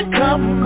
come